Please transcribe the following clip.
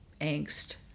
angst